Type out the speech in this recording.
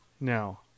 now